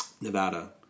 Nevada